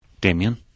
Damien